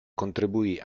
contribuì